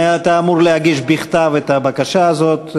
אתה אמור להגיש בכתב את הבקשה הזאת.